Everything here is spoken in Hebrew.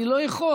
אני לא יכול.